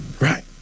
right